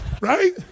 Right